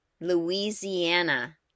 Louisiana